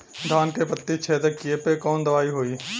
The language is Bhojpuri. धान के पत्ती छेदक कियेपे कवन दवाई होई?